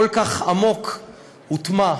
כל כך עמוק זה הוטמע.